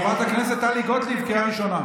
חברת הכנסת טלי גוטליב, קריאה ראשונה.